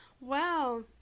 Wow